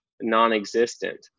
non-existent